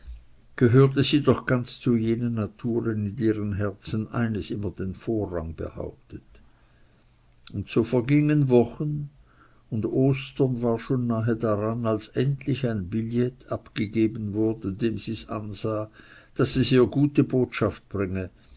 gehörte sie doch ganz zu jenen naturen in deren herzen eines immer den vorrang behauptet und so vergingen wochen und ostern war schon nahe heran als endlich ein billett abgegeben wurde dem sie's ansah daß es ihr gute botschaft bringe